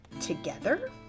together